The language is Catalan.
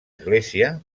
església